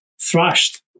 thrashed